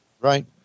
right